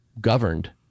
governed